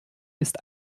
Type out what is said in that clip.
ist